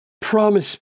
Promise